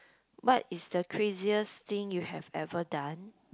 what is the craziest thing you have ever done